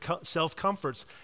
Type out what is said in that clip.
self-comforts